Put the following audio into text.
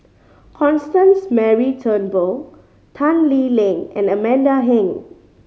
Constance Mary Turnbull Tan Lee Leng and Amanda Heng